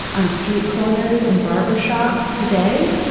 on street corners and barber shops today,